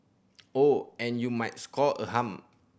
oh and you might score a hum